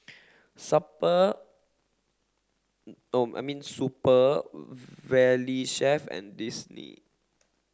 Super Valley Chef and Disney